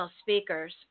speakers